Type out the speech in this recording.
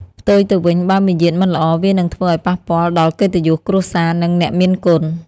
ផ្ទុយទៅវិញ បើមារយាទមិនល្អ វានឹងធ្វើឱ្យប៉ះពាល់ដល់កិត្តិយសគ្រួសារ និងអ្នកមានគុណ។